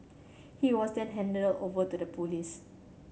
he was then handed over to the police